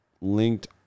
linked